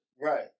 Right